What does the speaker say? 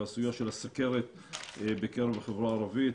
הסוגיה של הסכרת בקרב החברה הערבית,